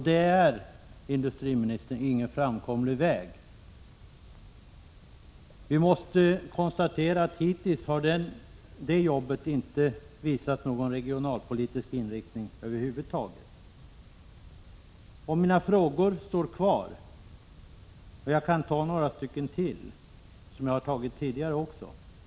Det är, industriministern, ingen framkomlig väg. Vi måste konstatera att det arbetet hittills inte har visat någon regionalpolitisk inriktning över huvud taget. Mina frågor står kvar, och jag kan ställa några till, som jag även framfört tidigare.